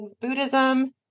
Buddhism